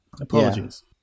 Apologies